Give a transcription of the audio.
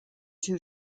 two